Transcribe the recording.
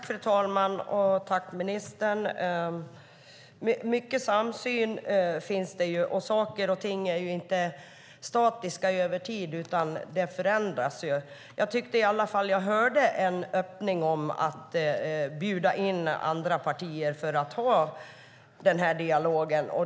Fru talman! Mycket samsyn finns det, och saker och ting är inte statiska, utan förändras. Jag tyckte i alla fall att jag hörde en öppning mot att bjuda in andra partier för att ha den här dialogen.